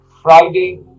Friday